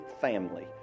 family